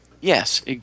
Yes